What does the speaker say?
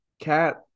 Cat